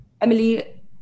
Emily